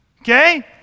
Okay